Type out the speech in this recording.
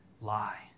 lie